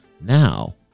now